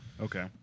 Okay